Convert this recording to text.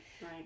Right